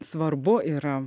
svarbu yra